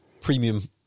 premium